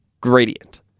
Gradient